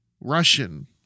Russian